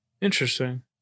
interesting